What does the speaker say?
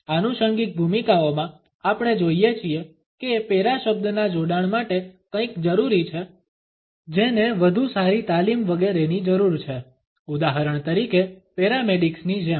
આનુષંગિક ભૂમિકાઓમાં આપણે જોઇએ છીએ કે પેરા શબ્દના જોડાણ માટે કંઈક જરૂરી છે જેને વધુ સારી તાલીમ વગેરેની જરૂર છે ઉદાહરણ તરીકે પેરામેડિક્સ ની જેમ